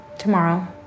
tomorrow